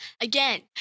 Again